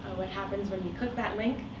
what happens when you click that link,